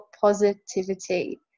Positivity